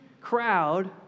crowd